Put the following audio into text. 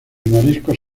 mariscos